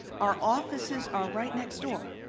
our offices are right next door.